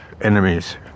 enemies